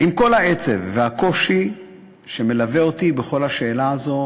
עם כל העצב והקושי שמלווים אותי בכל השאלה הזו,